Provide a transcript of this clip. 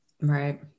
Right